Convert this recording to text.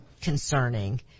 Concerning